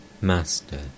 Master